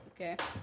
okay